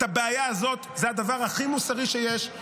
את הבעיה הזאת, זה הדבר הכי מוסרי שיש.